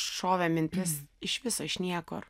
šovė mintis iš viso iš niekur